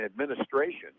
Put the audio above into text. administration